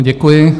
Děkuji.